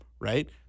Right